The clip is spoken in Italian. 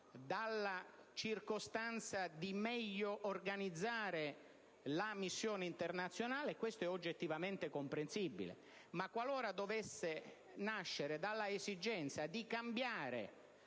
dalla circostanza di meglio organizzare la missione internazionale, ciò sarebbe oggettivamente comprensibile; qualora invece dovesse nascere dall'esigenza di cambiare